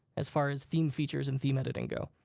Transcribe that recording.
as far as theme features and theme editing go.